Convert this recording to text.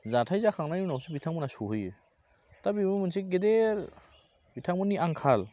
जाथाय जाखांनायनि उनावसो बिथांमोना सोहैयो दा बेबो मोनसे गेदेर बिथांमोननि आंखाल